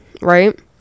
right